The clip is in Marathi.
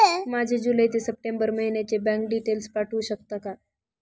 माझे जुलै ते सप्टेंबर महिन्याचे बँक डिटेल्स पाठवू शकता का?